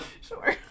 Sure